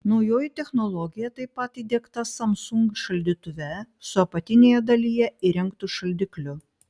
naujoji technologija taip pat įdiegta samsung šaldytuve su apatinėje dalyje įrengtu šaldikliu